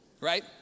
right